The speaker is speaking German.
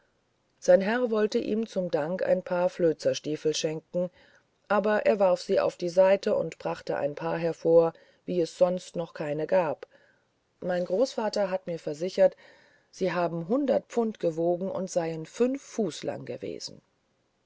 sein herr wollte ihm zum dank ein paar flözerstiefeln schenken aber er warf sie auf die seite und brachte ein paar hervor wie es sonst noch keine gab mein großvater hat versichert sie haben hundert pfund gewogen und seien fuß lang gewesen